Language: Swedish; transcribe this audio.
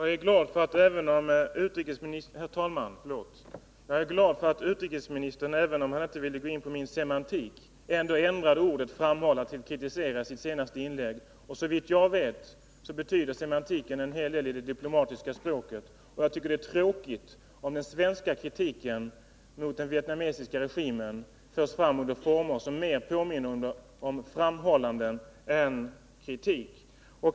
Herr talman! Jag är glad för att utrikesministern, även om han inte ville gå in på min semantik, ändå ändrade ordet ”framhålla” till ”kritisera” i sitt senaste inlägg. Såvitt jag vet betyder semantiken en hel del i det diplomatiska språket, och jag tycker att det är tråkigt om den svenska kritiken mot den vietnamesiska regimen förs fram under former som mer påminner om framhållanden än om kritik.